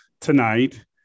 tonight